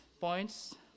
points